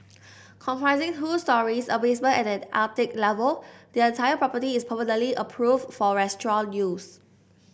comprising two storeys a basement and an attic level the entire property is permanently approved for restaurant use